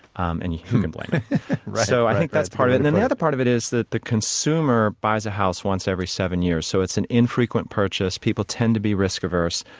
um and yeah and so i think that's part of it. and the other part of it is that the consumer buys a house once every seven years, so it's an infrequent purchase. people tend to be risk averse.